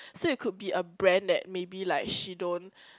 so you could be a brand that maybe like she don't